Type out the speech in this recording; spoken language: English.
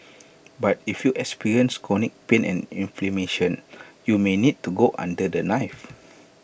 but if you experience chronic pain and inflammation you may need to go under the knife